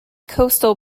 coastal